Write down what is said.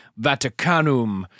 Vaticanum